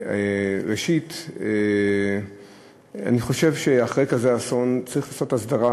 ראשית, אני חושב שאחרי כזה אסון צריך לעשות הסדרה.